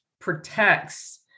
protects